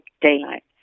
daylight